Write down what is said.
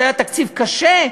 כשהיה תקציב קשה,